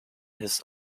his